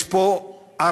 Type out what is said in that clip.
יש פה ערכים,